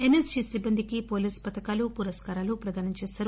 ఎన్ఎస్షీ సిబ్బందికి పోలీస్ పతకాలు పురస్కారాలు ప్రధానం చేశారు